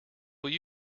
will